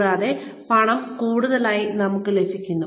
കൂടാതെ പണം കൂടുതലായി നമുക്ക് ലഭിക്കുന്നു